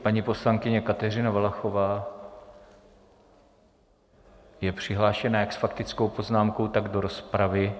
Paní poslankyně Kateřina Valachová je přihlášena jak s faktickou poznámkou, tak do rozpravy.